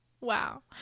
Wow